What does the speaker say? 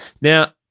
Now